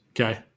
Okay